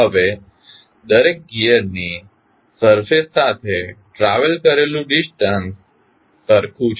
હવે દરેક ગિઅરની સરફેસ સાથે ટ્રાવેલ કરેલું ડિસ્ટનસ સરખું છે